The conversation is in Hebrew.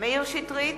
מאיר שטרית,